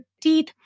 teeth